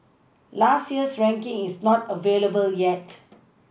last year's ranking is not available yet